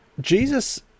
Jesus